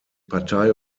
partei